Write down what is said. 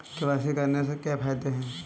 KYC करने के क्या क्या फायदे हैं?